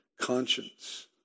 conscience